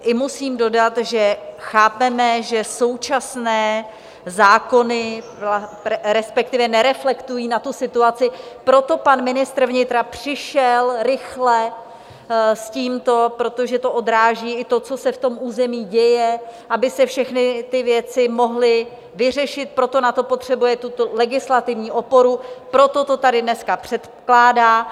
I musím dodat, že chápeme, že současné zákony... respektive nereflektují na tu situaci, proto pan ministr vnitra přišel rychle s tímto, protože to odráží i to, co se v tom území děje, aby se všechny ty věci mohly vyřešit, proto na to potřebuje legislativní oporu, proto to tady dneska předkládá.